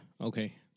okay